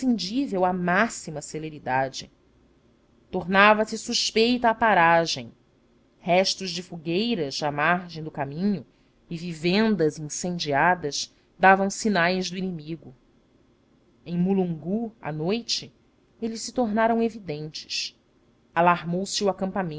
imprescindível a máxima celeridade tornava-se suspeita a paragem restos de fogueiras à margem do caminho e vivendas incendiadas davam sinais do inimigo em mulungu à noite eles se tornaram evidentes